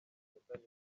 bigenda